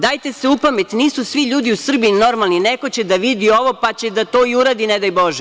Dajte se u pamet, nisu svi ljudi u Srbiji normalni, neko će da vidi ovo, pa će to i da uradi, ne daj bože.